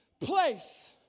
place